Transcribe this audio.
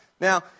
Now